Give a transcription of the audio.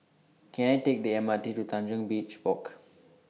Can I Take The M R T to Tanjong Beach Walk